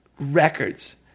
records